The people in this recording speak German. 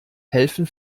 helfen